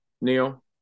Neil